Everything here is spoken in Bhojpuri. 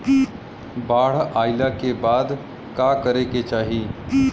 बाढ़ आइला के बाद का करे के चाही?